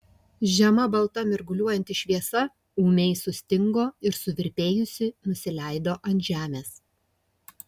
žema balta mirguliuojanti šviesa ūmiai sustingo ir suvirpėjusi nusileido ant žemės